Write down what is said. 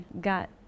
got